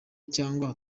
cyangwa